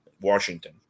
Washington